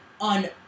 on